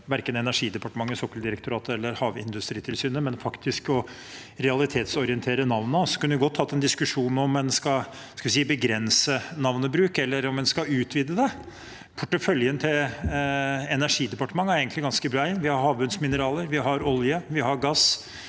verken Energidepartementet, Sokkeldirektoratet eller Havindustritilsynet, men faktisk om å realitetsorientere navnene. Vi kunne godt hatt en diskusjon om en skal begrense navnebruk, eller om en skal utvide det. Porteføljen til Energidepartementet er egentlig ganske bred. Vi har havbunnsmineraler, vi har olje, vi har gass,